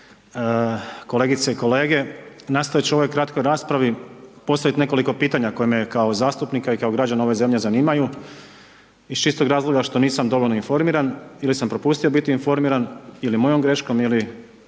kolegice i kolege, nastojat ću u ovoj kratkoj raspravi postavit nekoliko pitanja koja me kao zastupnika i kao građana ove zemlje zanimaju iz čistog razloga što nisam dovoljno informiran ili sam propustio biti informiran ili mojom graškom ili